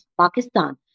Pakistan